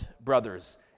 brothers